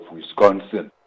Wisconsin